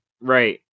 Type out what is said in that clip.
Right